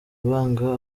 ibanga